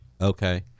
Okay